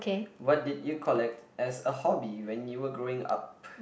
what did you collect as a hobby when you were growing up